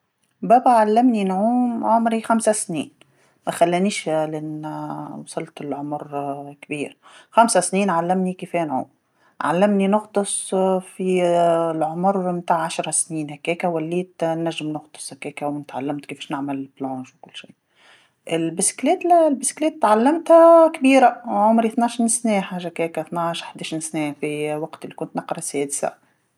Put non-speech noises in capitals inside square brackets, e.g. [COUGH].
بابا علمني نعوم عمري خمس سنين، ماخلانيش [HESITATION] لين وصلت لعمر [HESITATION] كبير، خمس سنين علمني كيفاه نعوم، علمني نغطس [HESITATION] في ال- العمر تاع عشر سنين هكاكا وليت نجم نغطس هكاكا وتعلمت كيفاش نعمل التجديف وكلشي، الدراجه لا الدراجه تعلمتها كبيره، وعمري طناعش سنه حاجه هكاكا، طناعش حداعش سنه، في وقت كنت نقرا سادسه.